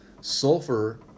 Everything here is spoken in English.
sulfur